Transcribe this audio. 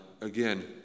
Again